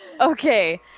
Okay